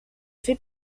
fait